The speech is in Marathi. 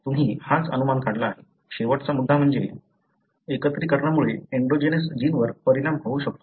तुम्ही हाच अनुमान काढला आहे शेवटचा मुद्दा म्हणजे एकत्रितकरणामुळे एन्डोजेनस जिनवर परिणाम होऊ शकतो